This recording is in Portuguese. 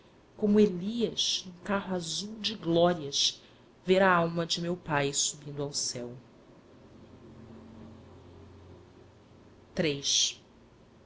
como elias num carro azul de glórias ver a alma de meu pai subindo ao céu